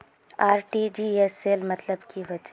RTGS सेल मतलब की होचए?